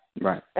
Right